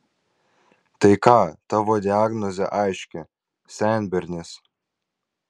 tai ką tavo diagnozė aiški senbernis